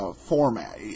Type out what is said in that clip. format